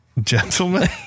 Gentlemen